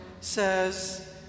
says